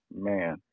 Man